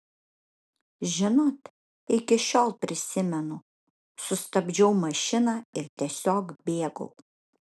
žinot iki šiol prisimenu sustabdžiau mašiną ir tiesiog bėgau